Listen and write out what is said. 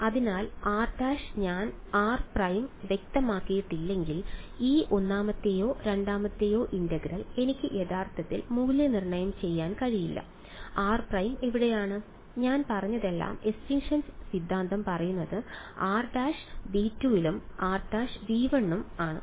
അതിനാൽ r′ ഞാൻ r prime വ്യക്തമാക്കിയിട്ടില്ലെങ്കിൽ ഈ ഒന്നാമത്തെയോ രണ്ടാമത്തെയോ ഇന്റഗ്രൽ എനിക്ക് യഥാർത്ഥത്തിൽ മൂല്യനിർണ്ണയം ചെയ്യാൻ കഴിയില്ല r പ്രൈം എവിടെയാണ് ഞാൻ പറഞ്ഞതെല്ലാം എസ്റ്റിൻഷൻ സിദ്ധാന്തം പറയുന്നത് r′ ∈ V 2 ഉം r′ ∈ V 1 ഉം ആണ്